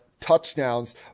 touchdowns